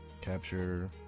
capture